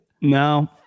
No